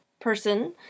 person